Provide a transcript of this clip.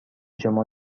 شما